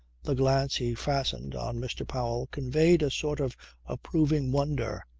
the glance he fastened on mr. powell conveyed a sort of approving wonder.